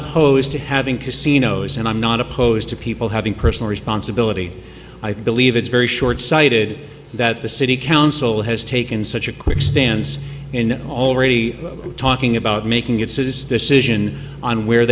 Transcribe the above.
opposed to having casinos and i'm not opposed to people having personal responsibility i believe it's very shortsighted that the city council has taken such a quick stance in already talking about making it says this isn't on where